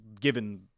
given